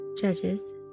Judges